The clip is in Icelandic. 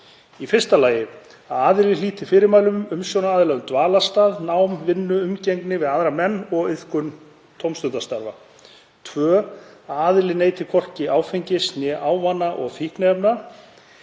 skilyrðum: 1. Að aðili hlíti fyrirmælum umsjónaraðila um dvalarstað, nám, vinnu, umgengni við aðra menn og iðkun tómstundastarfa. 2. Að aðili neyti hvorki áfengis né ávana- og fíkniefna.